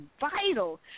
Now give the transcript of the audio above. vital